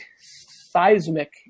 seismic